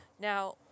Now